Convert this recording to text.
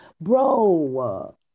Bro